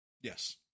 Yes